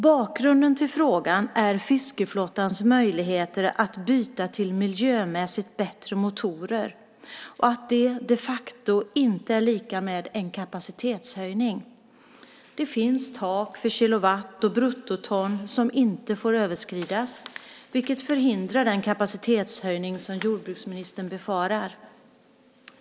Bakgrunden till frågan är fiskeflottans möjligheter att byta till miljömässigt bättre motorer och att det de facto inte är lika med en kapacitetshöjning. Det finns tak för kilowatt och bruttoton som inte får överskridas, vilket förhindrar den kapacitetshöjning som jordbruksministern befarar.